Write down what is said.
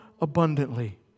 abundantly